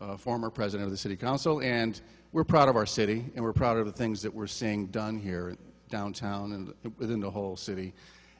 a former president of the city council and we're proud of our city and we're proud of the things that we're seeing done here in downtown and within the whole city